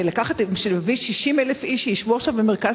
הרי להביא 60,000 שיֵשבו עכשיו במרכז